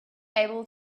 able